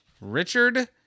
Richard